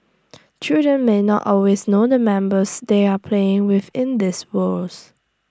children may not always know the members they are playing with in these worlds